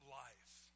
life